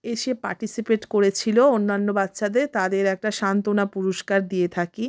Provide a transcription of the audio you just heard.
এসে পার্টিসিপেট করেছিল অন্যান্য বাচ্চাদের তাদের একটা সান্ত্বনা পুরস্কার দিয়ে থাকি